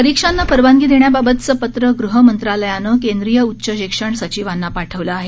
परीक्षांना परवानगी देण्याबाबतचं पत्रं गृहमंत्रालयानं केंद्रीय उच्च शिक्षण सचिवांना पाठवलं आहे